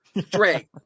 Drake